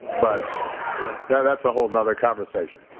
but yeah that's a whole nother conversation.